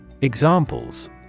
Examples